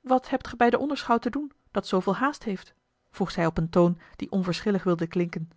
wat hebt gij bij den onderschout te doen dat zooveel haast heeft vroeg ze op een toon die onverschillig wilde klinken